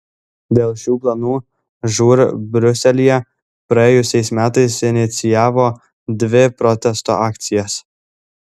dėl šių planų žūr briuselyje praėjusiais metais inicijavo dvi protesto akcijas